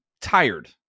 tired